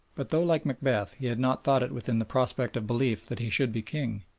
but though like macbeth he had not thought it within the prospect of belief that he should be king,